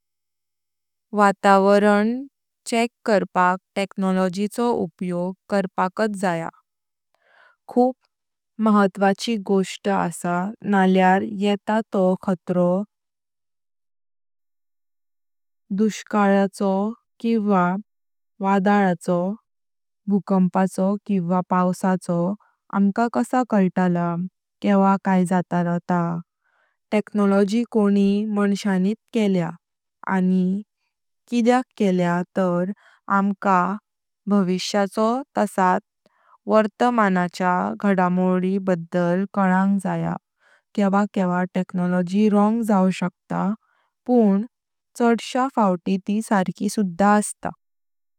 वातावरण चेक करपाक टेक्नोलॉजीचो उपयोग करपाकात जाय। खूब महत्वाची गोष्ट असा नाळ्यार येता तो खतरो दुष्काळाचो किवा वादळचो, भूकंपाचो किवा पावसाचो आमका कस कितला किवा काय जातला ता, टेक्नोलॉजी कोणी मान्श्यानीत केले आनी किद्याक केले तार आमका भविष्याचो तसेत वर्तमानाच्या घटनांनी बडल कळांग जाय किवा किवा टेक्नोलॉजी रॉंग जाव शकता पण चडस्य फौती ती सर्की सुधा अस्त।